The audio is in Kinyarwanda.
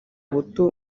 buto